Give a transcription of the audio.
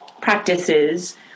practices